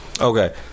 Okay